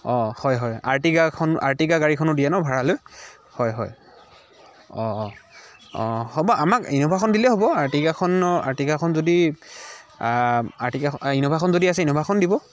হয় হয় আৰটিকাখন আৰটিকা গাড়ীখনো দিয়ে ন ভাড়ালৈ হয় হয় হ'ব আমাক ইন'ভাখন দিলেই হ'ব আৰটিকাখনৰ আৰটিকাখন যদি আৰটিকাখন ইন'ভাখন যদি আছে ইন'ভাখন দিব